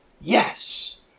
Yes